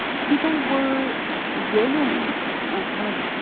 people were willing and kind of,